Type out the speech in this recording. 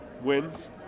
wins